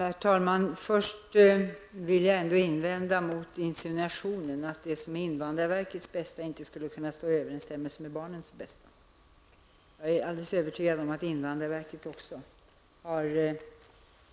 Herr talman! För det första vill jag invända mot insinuationen att det som är invandrarverkets bästa inte skulle kunna stå i överensstämmelse med barnens bästa. Jag är alldeles övertygad om att också invandrarverket har